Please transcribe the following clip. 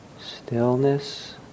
Stillness